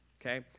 Okay